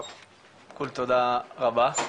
קודם כל תודה רבה,